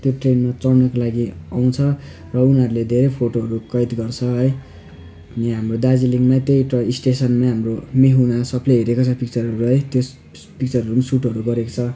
त्यो ट्रेनमा चढ्नुको लागि आउँछ र उनीहरूले धेरै फोटोहरू कैद गर्छ है अनि हाम्रो दार्जिलिङमा त्यही टोय स्टेसनमै हाम्रो मैं हूँ ना सबले हेरेको छ पिक्चरहरू है त्यस पिक्चरहरू नि सुटहरू गरेको छ